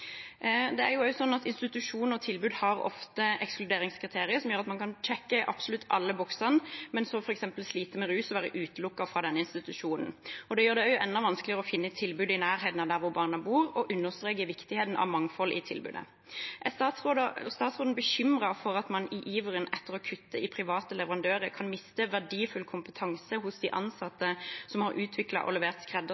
Det er også sånn at institusjoner og tilbud ofte har ekskluderingskriterier, som gjør at man kan hake av i absolutt alle boksene, men at man, hvis man f.eks. sliter med rus, kan være utelukket fra den institusjonen. Det gjør det også enda vanskeligere å finne tilbud i nærheten av der hvor barna bor, og det understreker viktigheten av mangfoldet i tilbudet. Er statsråden bekymret for at man i iveren etter å kutte i private leverandører, kan miste verdifull kompetanse hos de